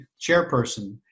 chairperson